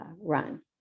Run